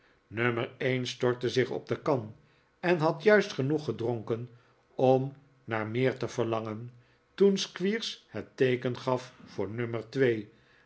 nummer een stortte zich op de kan en had juist genoeg gedronken om naar meer te verlangen toen squeers het teeken gaf voor nummer twee